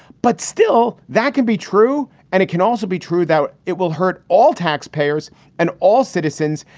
but still, that can be true. and it can also be true that it will hurt all taxpayers and all citizens,